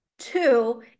Two